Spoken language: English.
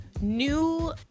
new